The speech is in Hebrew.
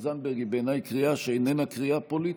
זנדברג היא בעיניי קריאה שאיננה פוליטית,